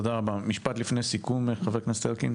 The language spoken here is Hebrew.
משפט לפני סיכום, חבר הכנסת אלקין.